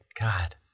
God